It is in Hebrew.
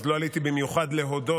אז לא עליתי במיוחד להודות